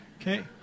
okay